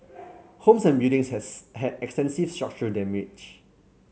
homes and buildings has had extensive structural damage